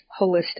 holistic